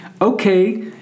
okay